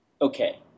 Okay